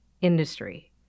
industry